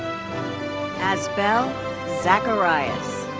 asbel zacarias.